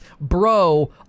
bro